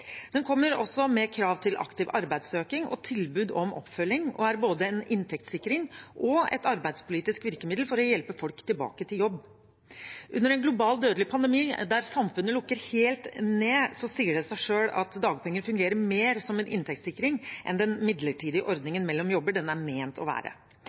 Den kommer også med krav til aktiv arbeidssøking og tilbud om oppfølging og er både en inntektssikring og et arbeidspolitisk virkemiddel for å hjelpe folk tilbake til jobb. Under en global, dødelig pandemi, der samfunnet lukker helt ned, sier det seg selv at dagpenger fungerer mer som en inntektssikring enn som den midlertidige ordningen mellom jobber den er ment å være.